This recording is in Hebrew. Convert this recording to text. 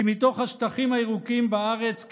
כי מתוך השטחים הירוקים בארץ,